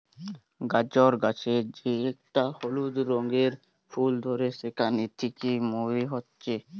গাজর গাছের যে একটা হলুদ রঙের ফুল ধরে সেখান থিকে মৌরি হচ্ছে